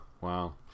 wow